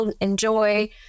enjoy